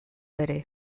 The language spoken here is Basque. ere